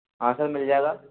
हाँ सर मिल जाएगा